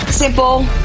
simple